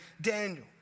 Daniel